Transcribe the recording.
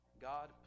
God